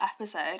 episode